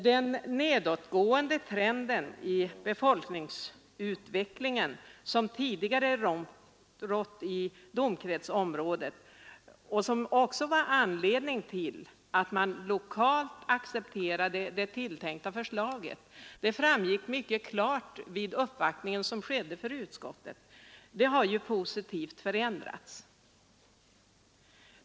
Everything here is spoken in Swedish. Den nedåtgående trend i befolkningsutvecklingen som tidigare rådde i domkretsområdet och som också var anledning till att man lokalt accepterade det här förslaget — det framgick mycket klart vid den uppvaktning som skedde inför utskottet — har positivt förändrats.